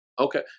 Okay